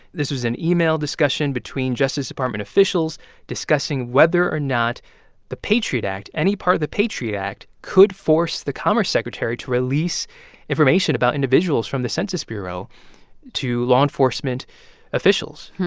this was an email discussion between justice department officials discussing whether or not the patriot act any part of the patriot act could force the commerce secretary to release information about individuals from the census bureau to law enforcement officials.